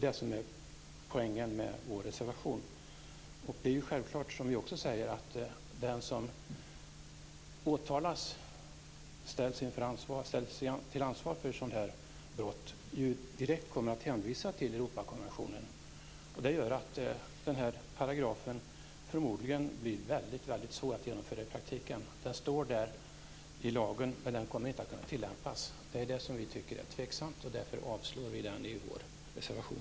Det är poängen med vår reservation. Det är självklart, som vi säger, att den som åtalas och ställs till ansvar för ett sådant brott direkt kommer att hänvisa till Europakonventionen. Det gör att den här paragrafen förmodligen blir väldigt svår att tillämpa i praktiken. Den står i lagen, men den kommer inte att kunna tillämpas. Det är det som vi tycker är tveksamt. Därför avstyrker vi förslaget i vår reservation.